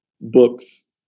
books